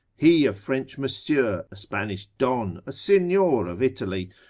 he a french monsieur, a spanish don, a signor of italy,